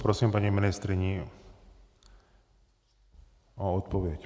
Poprosím paní ministryni o odpověď.